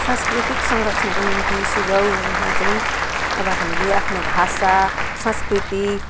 सांस्कृतिक संरक्षणको निम्ति सुझाउमा चाहिँ अब हामीले आफ्नो भाषा संस्कृति